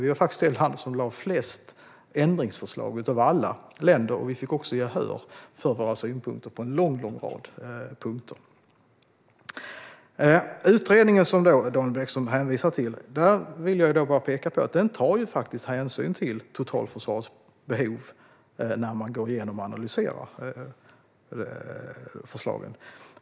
Vi var faktiskt det land som lade fram flest ändringsförslag av alla, och vi fick också gehör för våra synpunkter på en lång rad punkter. Jag vill påpeka att den utredning som Daniel Bäckström hänvisar till tar hänsyn till totalförsvarsbehov när man går igenom och analyserar förslagen.